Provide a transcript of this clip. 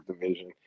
division